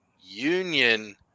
union